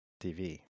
TV